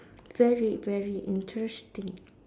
very very interesting